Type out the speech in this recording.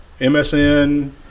msn